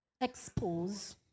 expose